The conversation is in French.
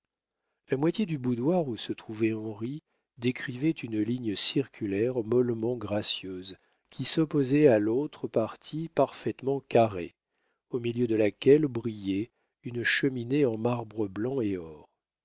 la moitié du boudoir où se trouvait henri décrivait une ligne circulaire mollement gracieuse qui s'opposait à l'autre partie parfaitement carrée au milieu de laquelle brillait une cheminée en marbre blanc et or